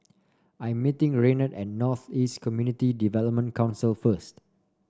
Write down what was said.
I'm meeting Raynard at North East Community Development Council first